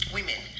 Women